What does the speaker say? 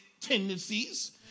tendencies